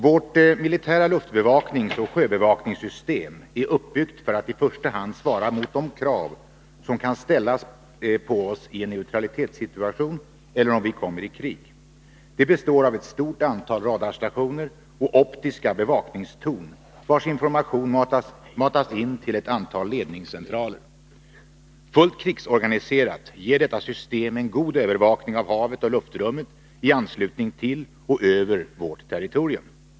Vårt militära luftbevakningsoch sjöbevakningssystem är uppbyggt för att i första hand svara mot de krav som kan ställas på oss i en neutralitetssituation eller om vi kommer i krig. Det består av ett stort antal radarstationer och optiska bevakningstorn, vars information matas in till ett antal ledningscentraler. Fullt krigsorganiserat ger detta system en god övervakning av havet och luftrummet i anslutning till och över vårt territorium.